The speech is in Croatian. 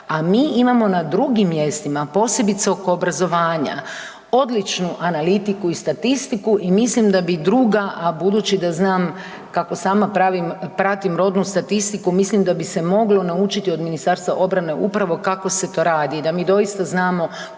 a mi imamo na drugim mjestima, posebice oko obrazovanja, odličnu analitiku i statistiku i mislim da bi druga, a budući da znam kako sama pravim, pratim rodnu statistiku, mislim da bi se moglo naučiti od Ministarstva obrane upravo kako se to radi, da mi doista znamo